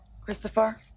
Christopher